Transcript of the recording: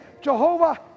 Jehovah